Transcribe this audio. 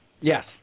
Yes